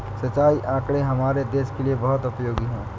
सिंचाई आंकड़े हमारे देश के लिए बहुत उपयोगी है